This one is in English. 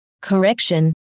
correction